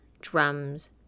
drums